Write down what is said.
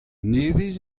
nevez